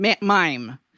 mime